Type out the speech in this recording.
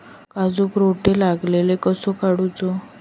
काजूक रोटो लागलेलो कसो काडूचो?